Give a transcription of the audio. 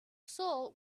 saul